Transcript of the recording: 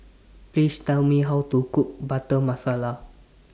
Please Tell Me How to Cook Butter Masala